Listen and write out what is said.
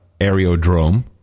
Aerodrome